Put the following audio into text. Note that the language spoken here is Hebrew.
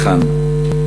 לכאן.